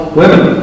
women